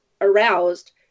aroused